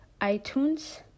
iTunes